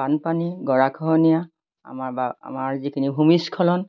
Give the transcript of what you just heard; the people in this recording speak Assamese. বানপানী গৰাখহনীয়া আমাৰ বা আমাৰ যিখিনি ভূমিস্খলন